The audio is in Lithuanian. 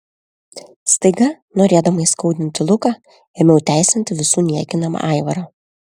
staiga norėdama įskaudinti luką ėmiau teisinti visų niekinamą aivarą